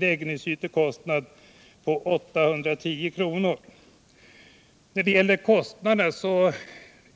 När det gäller kostnaderna